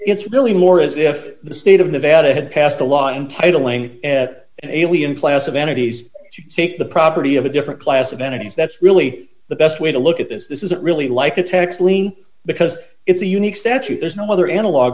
it's really more as if the state of nevada had passed a law in titling an alien class of entities to take the property of a different class of entities that's really the best way to look at this this isn't really like a tax lien because it's a unique statute there's no other analog